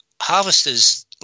harvesters